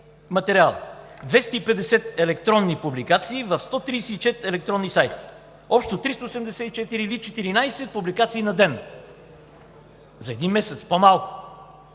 материала, 250 електронни публикации в 134 електронни сайта. Общо 384 или 14 публикации на ден за по-малко